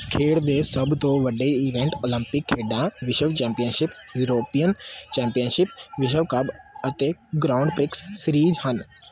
ਖੇਡ ਦੇ ਸਭ ਤੋਂ ਵੱਡੇ ਈਵੈਂਟ ਓਲੰਪਿਕ ਖੇਡਾਂ ਵਿਸ਼ਵ ਚੈਂਪੀਅਨਸ਼ਿਪ ਯੂਰੋਪੀਅਨ ਚੈਂਪੀਅਨਸ਼ਿਪ ਵਿਸ਼ਵ ਕੱਪ ਅਤੇ ਗ੍ਰਾਂਡ ਪ੍ਰਿਕਸ ਸੀਰੀਜ਼ ਹਨ